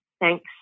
thanks